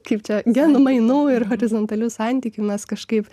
kaip čia genų mainų ir horizontalių santykių mes kažkaip